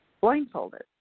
blindfolded